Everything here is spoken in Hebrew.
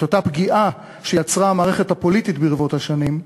את אותה פגיעה שיצרה המערכת הפוליטית עם השנים,